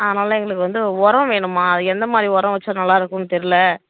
ஆ அதனால எங்களுக்கு வந்து உரம் வேணும்மா அது எந்த மாதிரி உரம் வைச்சா நல்லாயிருக்குன் தெரில